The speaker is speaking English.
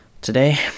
Today